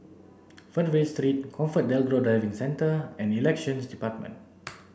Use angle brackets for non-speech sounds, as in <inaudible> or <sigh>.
Fernvale Three ComfortDelGro Driving Centre and Elections Department <noise>